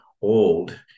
old